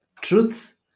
truth